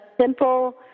simple